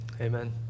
Amen